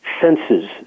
senses